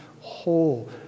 whole